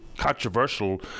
controversial